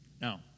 Now